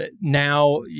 now